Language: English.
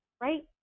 right